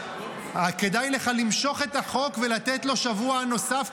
כדאי לך למשוך את החוק ולתת לו שבוע נוסף,